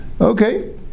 okay